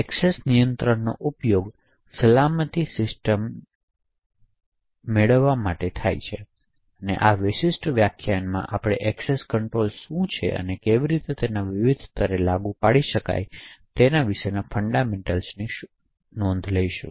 access નિયંત્રણનો ઉપયોગ સલામતી સિસ્ટમની ગુપ્તતા મેળવવા માટે થાય છે તેથી આ વિશિષ્ટ વ્યાખ્યાનમાં આપણે એક્સેસ કંટ્રોલ શું છે અને કેવી રીતે તેને વિવિધ સ્તરે લાગુ કરી શકાય છે તે વિશેના ફંડામેન્ટલ્સ શોધી રહ્યા છીએ